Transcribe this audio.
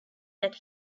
that